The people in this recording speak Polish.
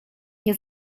nie